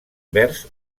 vers